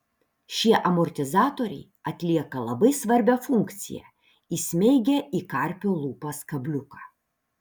šie amortizatoriai atlieka labai svarbią funkciją įsmeigia į karpio lūpas kabliuką